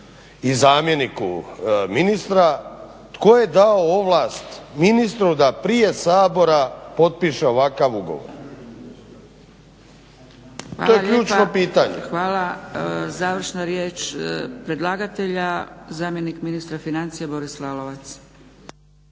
i zamjeniku ministra tko je dao ovlast ministru da prije Sabora potpiše ovakav ugovor? To je ključno pitanje. **Zgrebec, Dragica (SDP)** Hvala lijepa. Završna riječ predlagatelja, zamjenik ministra financija Boris Lalovac.